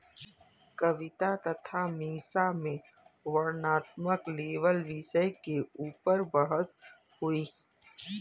कविता तथा मीसा में वर्णनात्मक लेबल विषय के ऊपर बहस हुई